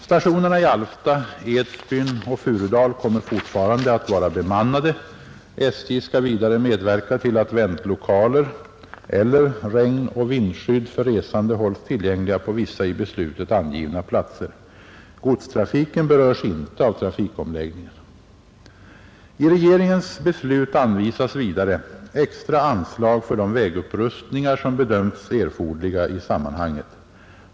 Stationerna i Alfta, Edsbyn och Furudal kommer fortfarande att vara bemannade. SJ skall vidare medverka till att väntlokaler eller regnoch vindskydd för resande hålls tillgängliga på vissa i beslutet angivna platser. Godstrafiken berörs inte av trafikomläggningen. I regeringens beslut anvisas vidare extra anslag för de vägupprustningar som bedömts erforderliga i sammanhanget.